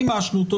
מימשנו אותו,